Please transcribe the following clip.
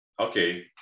okay